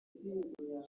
birimo